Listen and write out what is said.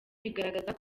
bigaragaza